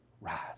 rise